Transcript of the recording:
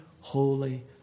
holy